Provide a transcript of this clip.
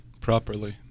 properly